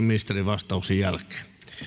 ministerin vastauksen jälkeen